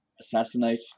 Assassinate